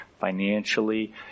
financially